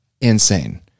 Insane